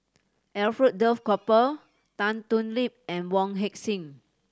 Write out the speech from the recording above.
Alfred Duff Cooper Tan Thoon Lip and Wong Heck Sing